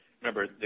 remember